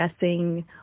guessing